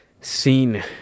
seen